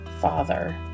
Father